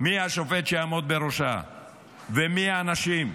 מי השופט שיעמוד בראשה ומי האנשים,